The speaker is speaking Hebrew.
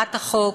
שבירת החוק,